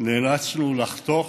נאלצנו לחתוך